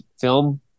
film